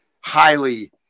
highly